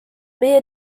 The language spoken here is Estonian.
meie